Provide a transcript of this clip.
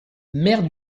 maire